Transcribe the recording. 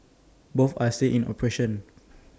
both are still in operation